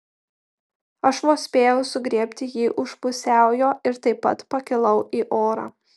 aš vos spėjau sugriebti jį už pusiaujo ir taip pat pakilau į orą